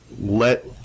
let